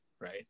right